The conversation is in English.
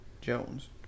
Jones